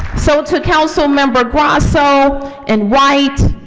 so to councilmember grosso and white,